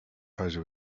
treasure